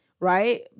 Right